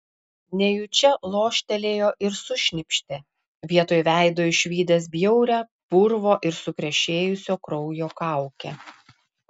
nejučia loštelėjo ir sušnypštė vietoj veido išvydęs bjaurią purvo ir sukrešėjusio kraujo kaukę